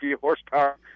horsepower